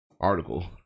article